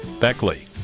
Beckley